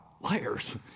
Liars